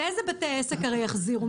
לאיזה בתי עסק הם יחזירו?